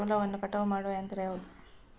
ಜೋಳವನ್ನು ಕಟಾವು ಮಾಡುವ ಯಂತ್ರ ಯಾವುದು?